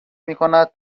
میکند